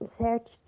searched